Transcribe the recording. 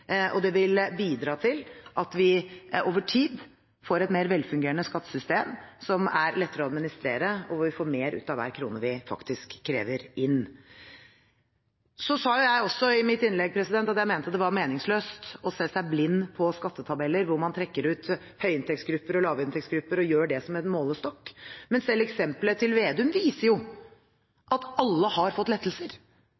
Det vil bidra til at vi over tid får et mer velfungerende skattesystem som er lettere å administrere, og vi vil få mer ut av hver krone vi faktisk krever inn. Jeg sa også i mitt innlegg at det er meningsløst å se seg blind på skattetabeller, hvor man trekker ut høyinntektsgrupper og lavinntektsgrupper og har det som en målestokk. Selv eksempelet til Slagsvold Vedum viser